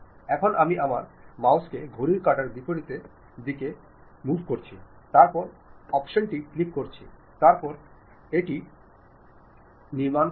এখন আমি আমার মাউসকে ঘড়ির কাঁটার বিপরীতে দিকের দিকে মুভ করছি তারপরে বিকল্প টি ক্লিক করছি তারপরে এটি ইহা নির্মাণ করে